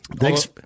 Thanks